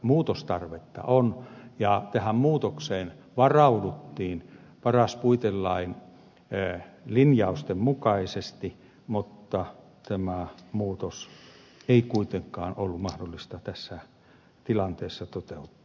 muutostarvetta on ja tähän muutokseen varauduttiin paras puitelain linjausten mukaisesti mutta tämä muutos ei kuitenkaan ollut mahdollista tässä tilanteessa toteuttaa